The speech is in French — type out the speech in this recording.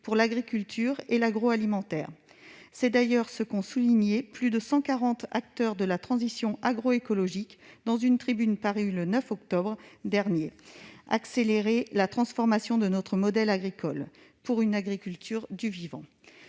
pour l'agriculture et l'agroalimentaire. C'est d'ailleurs ce qu'ont souligné plus de cent quarante acteurs de la transition agroécologique dans une tribune parue le 9 octobre dernier, en recommandant d'« accélérer la transformation de notre modèle agricole » et d'agir « pour une agriculture du vivant